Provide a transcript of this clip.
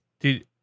Dude